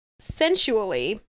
sensually